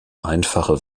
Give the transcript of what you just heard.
einfache